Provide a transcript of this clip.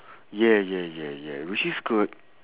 yeah yeah yeah yeah which is good